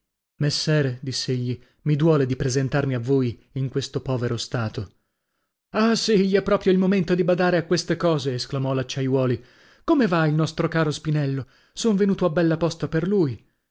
messere diss'egli mi duole di presentarmi a voi in questo povero stato ah sì gli è proprio il momento di badare a queste cose esclamò l'acciaiuoli come va il nostro caro spinello son venuto a bella posta per lui